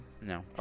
No